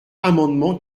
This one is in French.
amendement